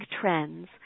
trends